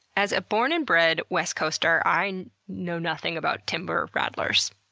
as a born and bred west-coaster, i know nothing about timber rattlers.